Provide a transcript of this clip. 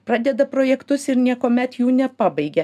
pradeda projektus ir niekuomet jų nepabaigia